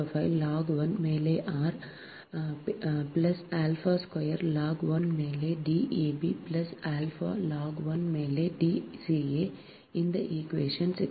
4605 log 1 மேலே r plus alpha square log 1 மேலே D ab plus alpha log 1 மேலே D ca இந்த equation 66